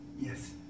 Yes